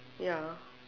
ya